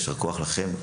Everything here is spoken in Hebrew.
יישר כוח לכם.